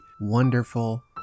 wonderful